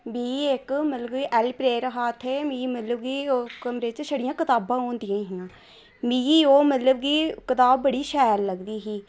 बी इक्क एल प्रेअर हा इत्थै मिगी मतलब कि ओह् कमरे च छड़ियां कताबां होंदियां हियां मिगी ओह् मतलब कि कताब बड़ी शैल लगदी ही